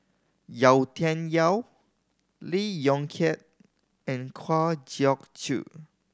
Yau Tian Yau Lee Yong Kiat and Kwa Geok Choo